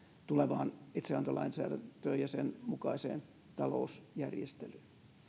tulevaan itsehallintolain säädäntöön ja sen mukaiseen talousjärjestelyyn